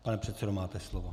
Pane předsedo, máte slovo.